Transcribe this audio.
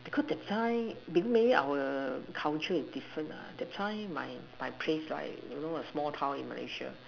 because that time b~ maybe our culture and different lah that time my my place right you know small town in Malaysia